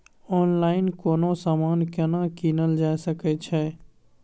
Online कोनो समान केना कीनल जा सकै छै?